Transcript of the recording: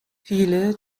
viele